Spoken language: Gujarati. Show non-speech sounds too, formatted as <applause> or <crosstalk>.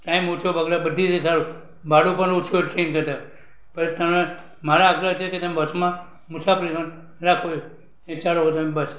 ટાઈમ ઓછો બગડે બધી રીતે સારું ભાડું પણ ઓછું હોય ટ્રેન કરતાં બસ તમને મારા આગ્રહ છે કે તમે બસમાં મુસાફરીનો રાખવો એ જ સારું <unintelligible> બસ